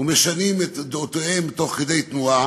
ומשנים את דעותיהם תוך כדי תנועה